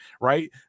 right